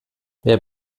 wer